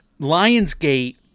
Lionsgate